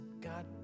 God